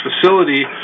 facility